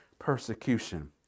persecution